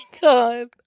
God